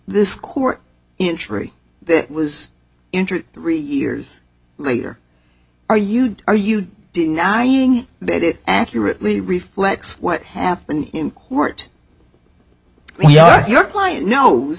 this court injury was entered three years later are you are you denying that it accurately reflects what happened in court yet your client knows